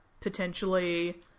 potentially